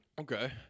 Okay